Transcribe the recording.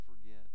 forget